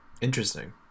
Interesting